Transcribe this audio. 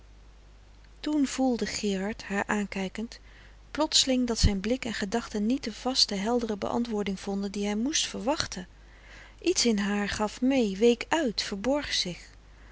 koele meren des doods zijn blik en gedachte niet de vaste heldere beantwoording vonden die hij moest verwachten iets in haar gaf mee week uit verborg zich